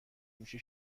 میشه